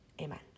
Amen